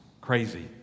crazy